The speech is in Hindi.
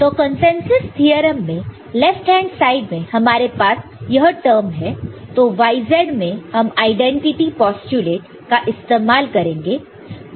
तो कंसेंसस थ्योरम में लेफ्ट हैंड साइड में हमारे पास यह टर्म है तो y z में हम आईडेंटिटी पोस्टयूलेट का इस्तेमाल करेंगे